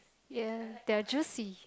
ya they are juicy